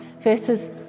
versus